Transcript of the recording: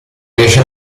riesce